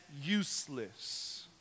useless